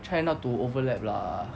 try not to overlap lah